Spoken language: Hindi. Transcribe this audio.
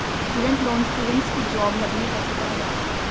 स्टूडेंट लोन स्टूडेंट्स की जॉब लगने पर चुकाया जाता है